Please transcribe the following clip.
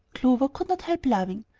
clover could not help laughing,